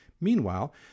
Meanwhile